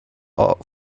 for